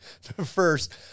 first